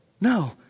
no